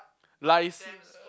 lies